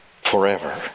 forever